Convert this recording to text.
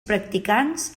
practicants